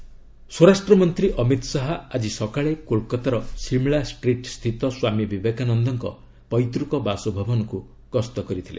ଶାହା ବିବେକାନନ୍ଦ ସ୍ୱରାଷ୍ଟ୍ର ମନ୍ତ୍ରୀ ଅମିତ୍ ଶାହା ଆଜି ସକାଳେ କୋଲ୍କାତାର ସିମ୍ଳା ଷ୍ଟ୍ରିଟ୍ସ୍ଥିତ ସ୍ୱାମୀ ବିବେକାନନ୍ଦଙ୍କ ପୈତୃକ ବାସଭବନକୁ ଗସ୍ତ କରିଛନ୍ତି